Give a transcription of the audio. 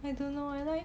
I don't know eh like